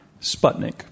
Sputnik